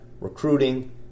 recruiting